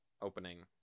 opening